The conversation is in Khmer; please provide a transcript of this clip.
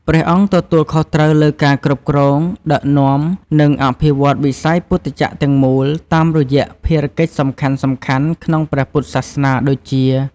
ព្រះអង្គទទួលខុសត្រូវលើការគ្រប់គ្រង ដឹកនាំ និងអភិវឌ្ឍវិស័យពុទ្ធចក្រទាំងមូល តាមរយៈភារកិច្ចសំខាន់ៗក្នុងព្រះពុទ្ធសាសនាដូចជា។